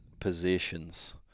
Positions